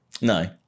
No